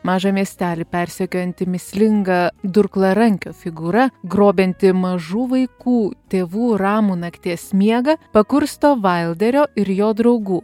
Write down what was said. mažą miestelį persekiojanti mįslinga durklarankio figūra grobianti mažų vaikų tėvų ramų nakties miegą pakursto vailderio ir jo draugų